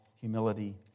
humility